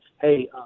hey